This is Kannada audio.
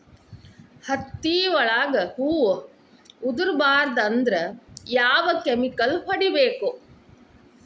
ಹತ್ತಿ ಒಳಗ ಹೂವು ಉದುರ್ ಬಾರದು ಅಂದ್ರ ಯಾವ ಕೆಮಿಕಲ್ ಹೊಡಿಬೇಕು?